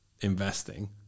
investing